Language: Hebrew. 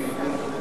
ימי משחקים.